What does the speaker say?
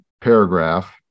paragraph